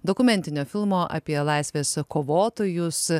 dokumentinio filmo apie laisvės kovotojus